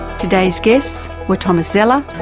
today's guests were thomas zeller,